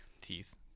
Teeth